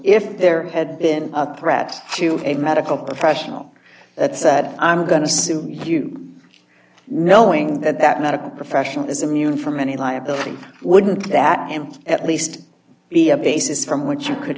if there had been a threat to a medical professional that said i'm going to sue you knowing that that medical profession is immune from any liability wouldn't that him at least be a basis from which you could